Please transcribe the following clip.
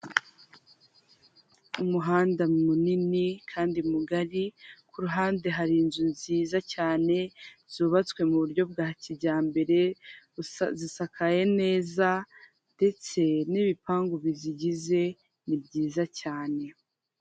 Umuhanda munini kandi mugari ku ruhande hari inzu nziza cyane, zubatswe mu buryo bwa kijyambere , zisakaye neza ndetse n'ibipangu bizigize ni byiza cyane!